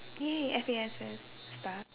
!yay! F_A_S_S